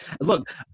Look